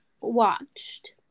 watched